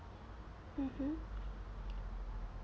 mmhmm